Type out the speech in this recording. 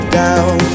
down